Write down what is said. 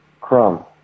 Crumb